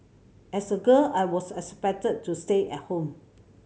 as a girl I was expected to stay at home